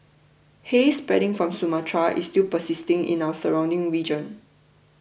haze spreading from Sumatra is still persisting in our surrounding region